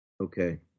Okay